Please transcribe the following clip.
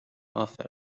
افرین